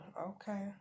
okay